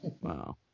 Wow